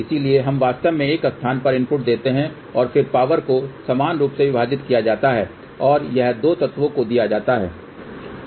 इसलिए हम वास्तव में एक स्थान पर इनपुट देते हैं और फिर पावर को समान रूप से विभाजित किया जाता है और यह 2 तत्वों को दिया जाता है